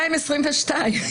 ב-2022.